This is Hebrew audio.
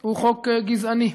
הוא חוק גזעני.